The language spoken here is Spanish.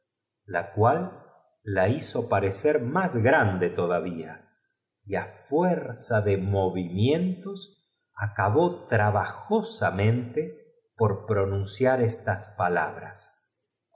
vestidito cual la hizo parecer más grande todavía de seda porque si no ten por seguro que y á fuerza de movimientos acabó trabajodevorará tí tu cascanueces samente por pronunciar estas palabras